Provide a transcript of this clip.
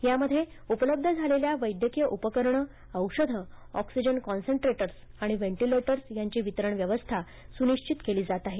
यामध्ये उपलब्ध झालेल्या वैद्यकीय उपकरण औषधं ऑक्सिजन काँसेंट्रेटर आणि व्हेंटीलेटरर्स यांची वितरण व्यवस्था सुनिश्वित केली जात आहे